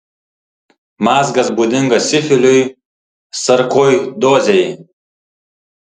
mazgas būdingas sifiliui sarkoidozei